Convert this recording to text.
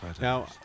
Now